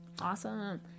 Awesome